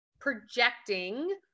projecting